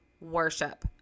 worship